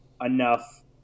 enough